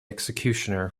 executioner